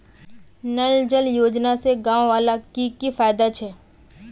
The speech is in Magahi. नल जल योजना से गाँव वालार की की फायदा छे?